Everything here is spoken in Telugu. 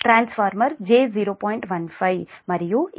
15 మరియు ఇది లైన్ 1 2 0